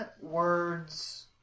words